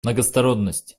многосторонность